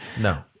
No